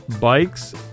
bikes